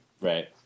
Right